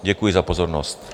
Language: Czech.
Děkuji za pozornost.